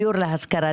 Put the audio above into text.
דיור להשכרה,